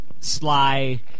sly